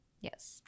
Yes